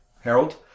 Harold